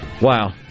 Wow